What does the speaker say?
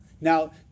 Now